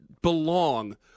Belong